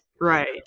right